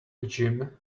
gym